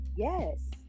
Yes